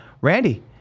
Randy